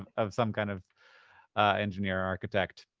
of of some kind of engineer or architect.